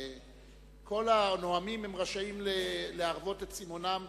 כל הנואמים רשאים להרוות את צימאונם